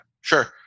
sure